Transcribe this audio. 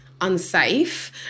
unsafe